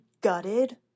gutted